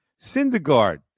Syndergaard